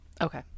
Okay